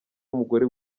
w’umugore